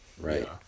right